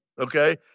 okay